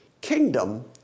kingdom